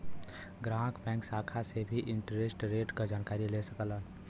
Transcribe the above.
ग्राहक बैंक शाखा से भी इंटरेस्ट रेट क जानकारी ले सकलन